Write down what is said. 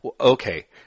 Okay